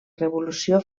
revolució